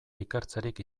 ikertzerik